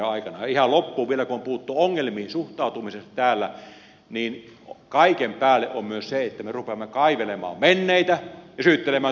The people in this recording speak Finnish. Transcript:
ihan loppuun vielä kun on puhuttu ongelmiin suhtautumisesta täällä niin kaiken päälle on myös se että me rupeamme kaivelemaan menneitä ja syyttelemään toisiamme